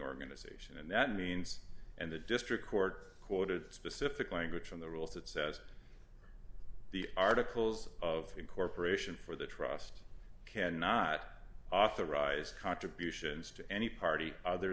organization and that means and the district court quoted the specific language from the rules that says the articles of incorporation for the trust can not authorized contributions to any party other